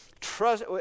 Trust